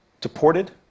Deported